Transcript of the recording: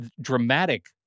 dramatic